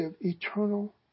eternal